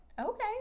Okay